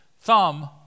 thumb